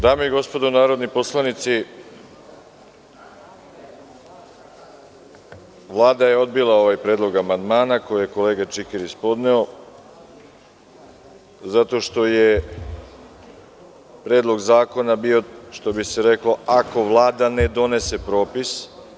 Dame i gospodo narodni poslanici, Vlada je odbila ovaj predlog amandmana koji je kolega Čikiriz podneo, zato što je Predlog zakona bio što bi se reklo – ako Vlada ne donese propis.